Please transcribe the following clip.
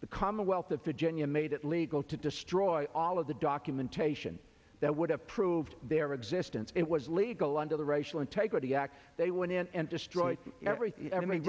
the commonwealth of virginia made it legal to destroy all of the documentation that would have proved their existence it was legal under the racial integrity act they went and destroyed every